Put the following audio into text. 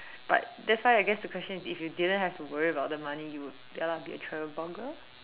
but that's why I guess the question is if you didn't have to worry about the money you would ya lah be a travel blogger